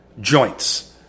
joints